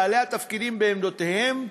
בעלי התפקידים בעמדותיהם,